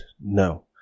no